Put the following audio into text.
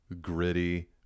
gritty